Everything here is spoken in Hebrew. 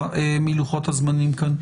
מלוחות הזמנים כאן.